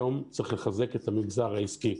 היום צריך לחזק את המגזר העסקי,